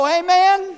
amen